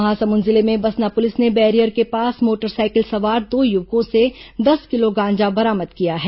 महासमुंद जिले में बसना पुलिस ने बैरियर के पास मोटरसाइकिल सवार दो युवकों से दस किलो गांजा बरामद किया है